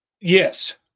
Yes